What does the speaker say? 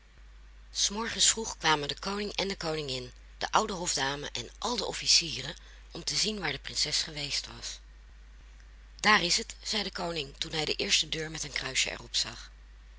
s morgens vroeg kwamen de koning en de koningin de oude hofdame en al de officieren om te zien waar de prinses geweest was daar is het zei de koning toen hij de eerste deur met een kruisje er op zag